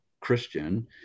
Christian